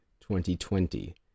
2020